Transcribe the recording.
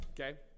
okay